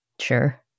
Sure